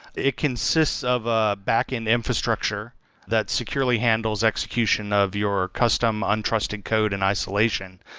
it consists of a backend infrastructure that securely handles execution of your custom untrusted code in isolation,